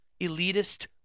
elitist